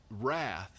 wrath